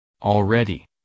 Already